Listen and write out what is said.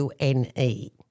UNE